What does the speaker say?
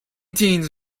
teens